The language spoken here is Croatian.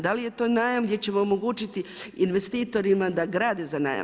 Da li je to najam gdje ćemo omogućiti investitorima da grade za najam?